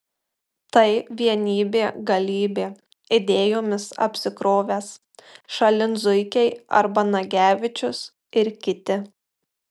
tai vienybė galybė idėjomis apsikrovęs šalin zuikiai arba nagevičius ir kiti